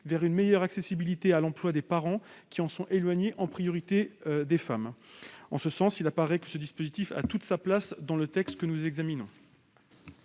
vers une meilleure accessibilité à l'emploi des parents qui en sont éloignés, en priorité des femmes. En ce sens, il apparaît que ce dispositif a toute sa place dans le texte que nous examinons.